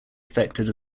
affected